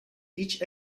each